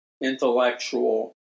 intellectual